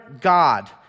God